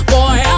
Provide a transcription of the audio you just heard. Boy